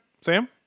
Sam